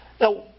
Now